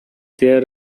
there